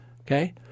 okay